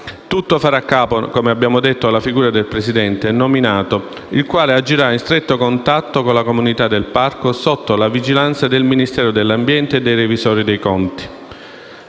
e farà capo - come abbiamo sottolineato - alla figura del presidente nominato, il quale agirà in stretto contatto con la comunità del parco sotto la vigilanza del Ministero dell'ambiente e della tutela del